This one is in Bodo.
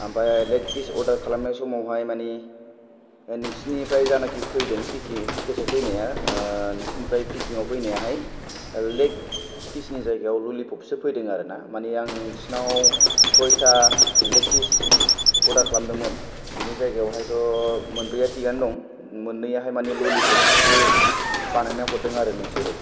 आमफाय लेग पिस अर्डार खालामनाय समावहाय मानि नोंसिनिफ्राय जानाखि फैदों पेकेसाव फैनाया नोंसिनिफ्राय पेकिंयाव फैनायाहाय लेग पिस नि जायगायाव ललिपबसो फैदों आरोना मानि आं नोंसिनाव सयटा लेग पिस अर्डार खालामदोंमोन बेनि जायगायावहायथ' मोनब्रैया थिगयानो दं मोन्नैयाहाय मानि ललिपबखौसो बानायनानै हरदों आरो नोंसोरो